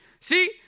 See